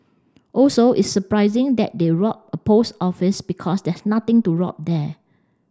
also it's surprising that they robbed a post office because there's nothing to rob there